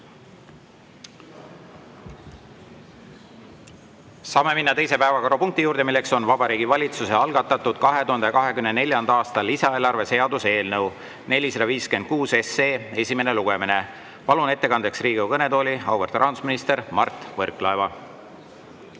Saame minna teise päevakorrapunkti juurde, milleks on Vabariigi Valitsuse algatatud 2024. aasta lisaeelarve seaduse eelnõu 456 esimene lugemine. Palun ettekandeks Riigikogu kõnetooli auväärt rahandusministri Mart Võrklaeva.